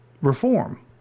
reform